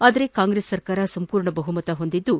ಆದರೆ ಕಾಂಗ್ರೆಸ್ ಸರ್ಕಾರ ಸಂಪೂರ್ಣ ಬಹುಮತ ಹೊಂದಿದ್ದು